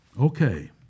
Okay